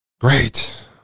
great